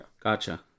Gotcha